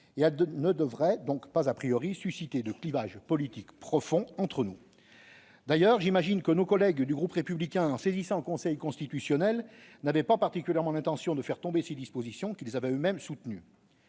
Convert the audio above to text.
Elles ne devraient donc pas susciter de clivage politique profond entre nous. D'ailleurs, j'imagine que nos collègues du groupe Les Républicains, en saisissant le Conseil constitutionnel, n'avaient pas particulièrement l'intention de faire tomber ces dispositions, qu'ils avaient eux-mêmes soutenues.